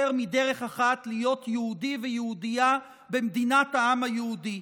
מדרך אחת להיות יהודי ויהודייה במדינת העם היהודי.